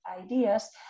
ideas